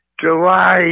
July